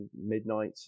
midnight